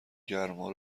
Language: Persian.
گرما